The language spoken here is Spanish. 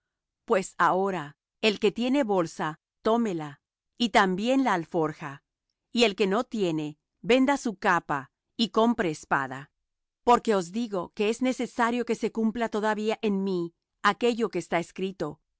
pues ahora el que tiene bolsa tómela y también la alforja y el que no tiene venda su capa y compre espada porque os digo que es necesario que se cumpla todavía en mí aquello que está escrito